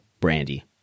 Brandy